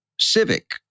civic